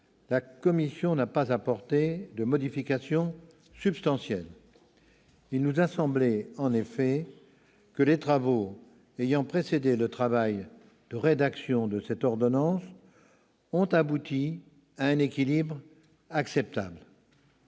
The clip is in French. la commission n'a pas apporté de modification substantielle. Il nous a semblé, en effet, que les travaux ayant précédé le travail de rédaction de cette ordonnance ont abouti à un équilibre acceptable.